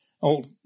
old